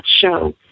show